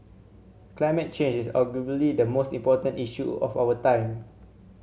climate change is arguably the most important issue of our time